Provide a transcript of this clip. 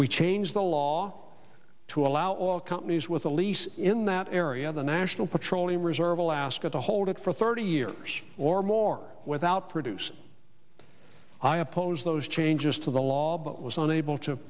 we changed the law to allow all companies with a lease in that area of the national petroleum reserve alaska to hold it for thirty years or more without produce i oppose those changes to the law but was unable to